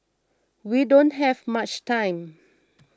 we don't have much time